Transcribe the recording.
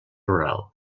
rural